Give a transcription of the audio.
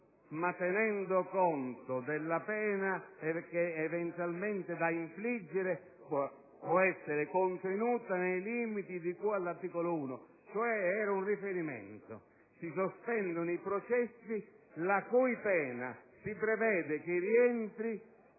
tenendo conto però della pena eventualmente da infliggere che può essere contenuta nei limiti di cui all'articolo 1. In sostanza, era un riferimento: si sospendono i processi la cui pena si prevede che rientri